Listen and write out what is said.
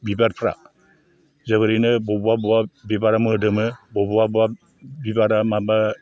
बिबारफ्रा जोबोरैनो बबावबा बबावबा बिबारा मोदोमो बबेबा बबेबा बिबारा माबा